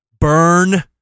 burn